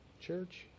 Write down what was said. church